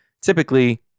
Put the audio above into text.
typically